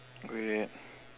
go ahead